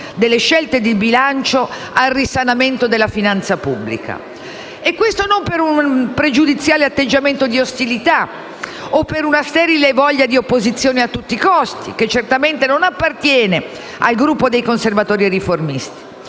delle scelte di bilancio al risanamento della finanza pubblica. E questo non per un pregiudiziale atteggiamento di ostilità o per una sterile voglia di opposizione a tutti i costi, che certamente non appartiene al Gruppo dei Conservatori e Riformisti.